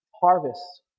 harvests